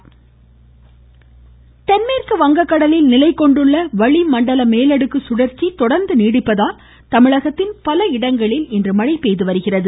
மழை வாய்ஸ் தென்மேற்கு வங்கக்கடலில் நிலைகொண்டுள்ள வளிமண்டல மேலடுக்கு சுழற்சி தொடர்ந்து நீடிப்பதால் தமிழகத்தின் பல இடங்களில் மழை பெய்து வருகிறது